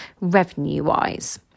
revenue-wise